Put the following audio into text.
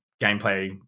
gameplay